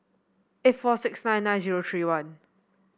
eight four six nine nine zero three one